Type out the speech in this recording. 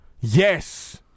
yes